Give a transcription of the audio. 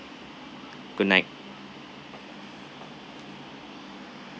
good night